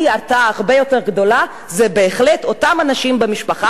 הרתעה הרבה יותר גדולה היא בהחלט לאותם אנשים במשפחה,